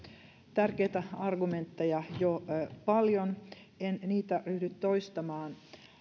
tärkeitä argumentteja jo paljon en niitä ryhdy toistamaan